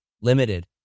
limited